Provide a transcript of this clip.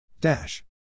Dash